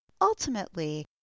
Ultimately